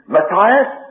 Matthias